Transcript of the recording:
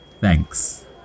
thanks